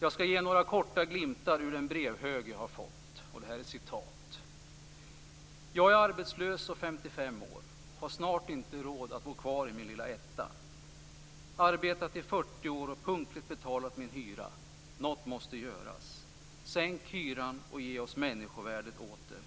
Jag skall ge några korta glimtar ur de brev jag har fått. "Jag är arbetslös och 55 år. Har snart inte råd att bo kvar i min lilla etta. Arbetat i 40 år och punktligt betalat min hyra. Något måste göras. Sänk hyran och ge oss människovärdet åter.